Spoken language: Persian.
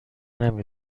نمی